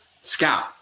scout